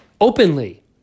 openly